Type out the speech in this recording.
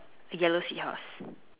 yellow seahorse